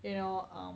you know um